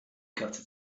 katze